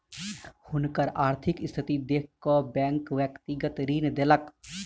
हुनकर आर्थिक स्थिति देख कअ बैंक व्यक्तिगत ऋण देलक